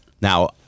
Now